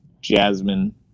jasmine